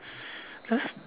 that's